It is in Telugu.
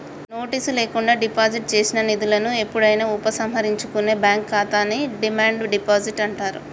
నోటీసు లేకుండా డిపాజిట్ చేసిన నిధులను ఎప్పుడైనా ఉపసంహరించుకునే బ్యాంక్ ఖాతాని డిమాండ్ డిపాజిట్ అంటారు